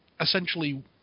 essentially